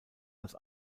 als